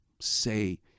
say